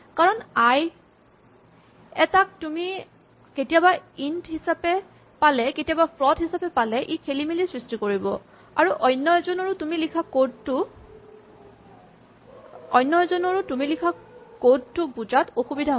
কাৰণ আই এটাক তুমি কেতিয়াবা ইন্ট হিচাপে পালে কেতিয়াবা ফ্লট হিচাপে পালে ই খেলিমেলিৰ সৃষ্টি কৰিব আৰু অন্য এজনৰো তুমি লিখা কড টো বুজাত অসুবিধা হ'ব